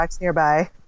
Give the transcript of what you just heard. nearby